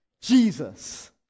Jesus